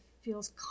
feels